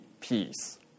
peace